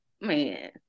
Man